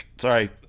Sorry